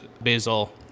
basil